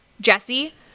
Jesse